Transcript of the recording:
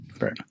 right